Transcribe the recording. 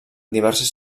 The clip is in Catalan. diverses